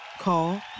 Call